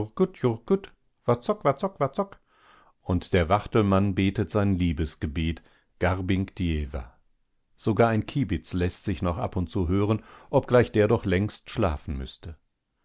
und der wachtelmann betet sein liebesgebet garbink diewa sogar ein kiebitz läßt sich noch ab und zu hören obgleich der doch längst schlafen müßte